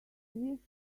wish